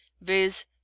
viz